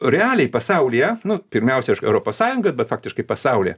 realiai pasaulyje nu pirmiausia aš europos sąjungoj bet faktiškai pasaulyje